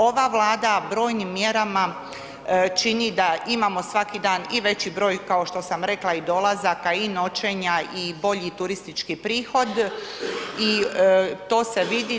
Ova Vlada brojnim mjerama čini da imamo svaki dan i veći broj kao što sam rekla i dolazaka i noćenja i bolji turistički prihod i to se vidi.